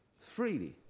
freely